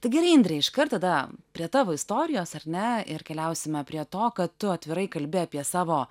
tai gerai indre iškart tada prie tavo istorijos ar ne ir keliausime prie to kad tu atvirai kalbi apie savo